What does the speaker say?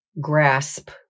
grasp